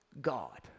God